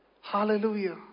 Hallelujah